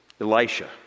Elisha